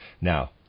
Now